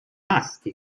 maschi